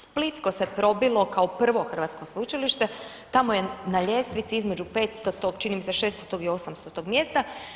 Splitsko se probilo kao prvo hrvatsko sveučilišta, tamo je na ljestvici između 500, čini mi se 600 i 800 mjesta.